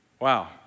Wow